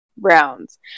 rounds